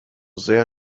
sehr